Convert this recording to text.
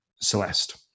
Celeste